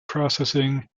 processing